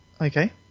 Okay